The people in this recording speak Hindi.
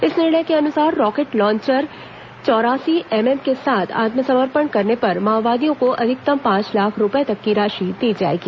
इस निर्णय के अनुसार रॉकेट लांचर चौरासी एमएम के साथ आत्मसमर्पण करने पर माओवादियों को अधिकतम पांच लाख रूपये तक की राशि दी जाएगी